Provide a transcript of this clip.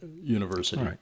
university